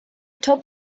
top